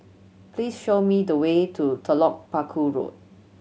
please show me the way to Telok Paku Road